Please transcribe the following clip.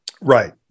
right